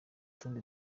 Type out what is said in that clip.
tundi